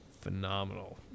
phenomenal